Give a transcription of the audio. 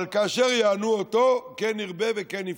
אבל "כאשר יענו אותו כן ירבה וכן יפרוץ".